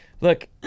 Look